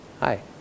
Hi